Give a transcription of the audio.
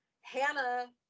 Hannah